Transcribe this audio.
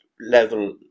level